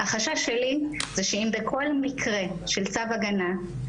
החשש שלי הוא שאם בכל מקרה של צו הגנה,